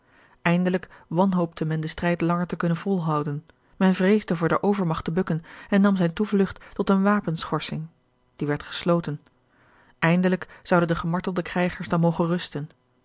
eindelijk wanhoopte men den strijd langer te kunnen volhouden men vreesde voor de overmagt te bukken en nam zijne toevlugt tot eene wapenschorsing die werd gesloten eindelijk zouden de gemartelde krijgers dan mogen rusten